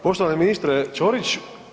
Poštovani ministre Ćorić